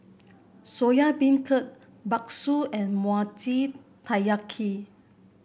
Soya Beancurd bakso and Mochi Taiyaki